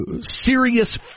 serious